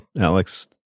Alex